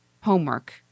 homework